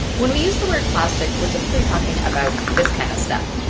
when we use the word plastic, we're typically talking about this kind of stuff.